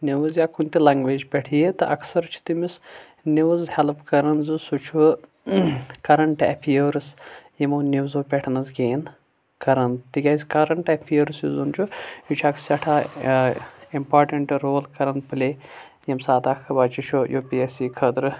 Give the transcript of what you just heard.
news یا کُنہِ تہِ لینگویج پیٹھ ییہِ تہٕ اکثر چھُ تٔمِس نِوٕز ہیلپ کران زِ سہُ چھُ کرنٹ ایفیررس یِمو نِوٕزو پیٹھ حظ گین کران تِکیازِ کرنٹ ایفیررز یُس زن چھُ یہِ چھُ اکھ سیٹھاہ امپٹانٹ رول کران پٕلے یمہِ ساتہٕ اکھ بچہٕ چھُ یو پی ایس سی خٲطرٕ